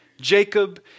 Jacob